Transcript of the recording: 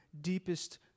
deepest